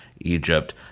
Egypt